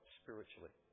spiritually